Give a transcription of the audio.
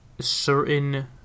certain